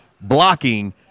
blocking